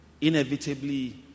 inevitably